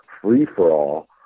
free-for-all